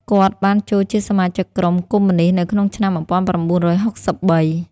គាត់បានចូលជាសមាជិកក្រុម កុម្មុយនីស្តនៅក្នុងឆ្នាំ១៩៦៣។